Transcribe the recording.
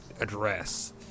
address